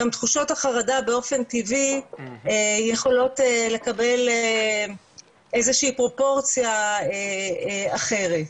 גם תחושת החרדה באופן טבעי יכולות לקבל איזושהי פרופורציה אחרת.